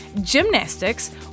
gymnastics